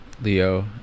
Leo